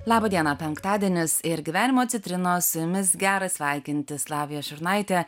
laba diena penktadienis ir gyvenimo citrinos su jumis gera sveikintis lavija šurnaitė